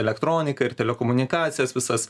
elektroniką ir telekomunikacijas visas